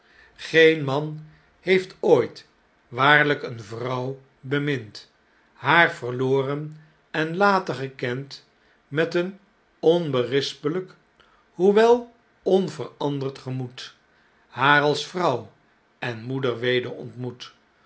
geen man heeft ooit waarlijk eene vrouw bemind haar verloren en later gekend met een onberispelijk hoewel onveranderd gemoed haar als vrouw en moeder weder ontmoet